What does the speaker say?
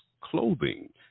Clothing